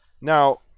Now